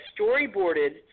storyboarded